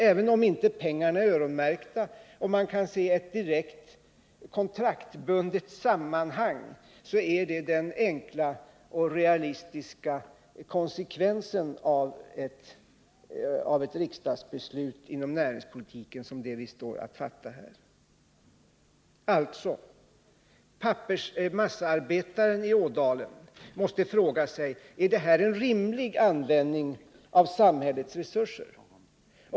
Även om pengarna inte är öronmärkta eller man kan se ett direkt kontraktsbundet sammanhang, är detta den enkla och realistiska konsekvensen av det riksdagsbeslut i fråga om näringspolitiken som vi nu skall fatta. Massaarbetaren i Ådalen måste fråga sig: Är detta en rimlig användning av samhällets resurser?